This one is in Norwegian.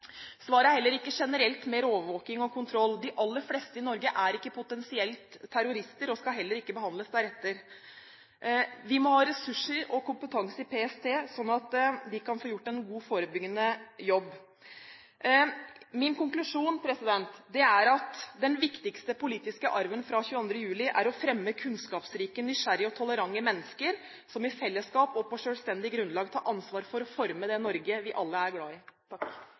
Svaret er heller ikke generelt mer overvåking og kontroll. De aller fleste i Norge er ikke potensielle terrorister, og skal heller ikke behandles deretter. Vi må ha ressurser og kompetanse i PST slik at de kan få gjort en god forebyggende jobb. Min konklusjon er at den viktigste politiske arven fra 22. juli er å fremme kunnskapsrike, nysgjerrige og tolerante mennesker som i fellesskap og på selvstendig grunnlag tar ansvar for å forme det Norge vi alle er glad i.